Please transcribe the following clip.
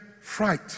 fright